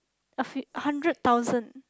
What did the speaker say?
a few a hundred thousand